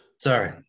Sorry